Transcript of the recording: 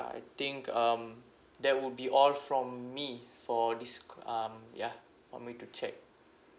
I think um that would be all from me for this ca~ um ya for me to check